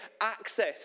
access